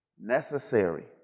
necessary